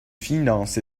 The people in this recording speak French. finances